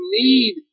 need